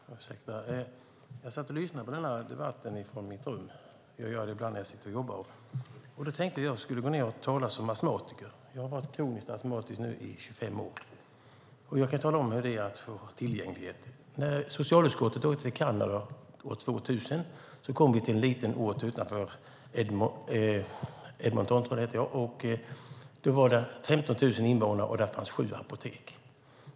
Fru talman! Jag satt och lyssnade på debatten i mitt rum, vilket jag gör ibland när jag sitter och jobbar. Jag tänkte att jag skulle delta som astmatiker. Jag har varit kroniskt astmatisk i 25 år, och jag kan tala om hur det är att få tillgänglighet. När socialutskottet åkte till Kanada år 2000 kom vi till en liten ort utanför Edmonton som hade 15 000 invånare. Där fanns sju apotek.